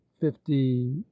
fifty